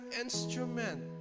instrument